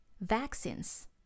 Vaccines